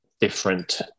different